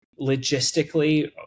logistically